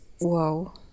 wow